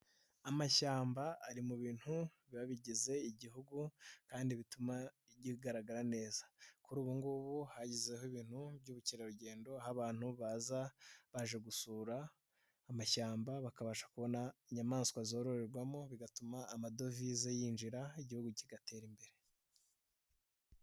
Amashyamba ari mu bintu biba bigize Igihugu kandi bituma kigaragara neza, kuri ubu ngubu hashyizeho ibintu by'ubukerarugendo aho abantu baza baje gusura amashyamba bakabasha kubona inyamaswa zororerwamo bigatuma amadovize yinjira, Igihugu kigatera imbere.